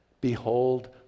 behold